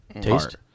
taste